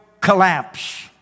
collapse